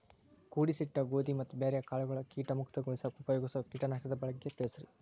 ಕೂಡಿಸಿಟ್ಟ ಗೋಧಿ ಮತ್ತ ಬ್ಯಾರೆ ಕಾಳಗೊಳ್ ಕೇಟ ಮುಕ್ತಗೋಳಿಸಾಕ್ ಉಪಯೋಗಿಸೋ ಕೇಟನಾಶಕದ ಬಗ್ಗೆ ತಿಳಸ್ರಿ